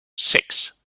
six